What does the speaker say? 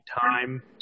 time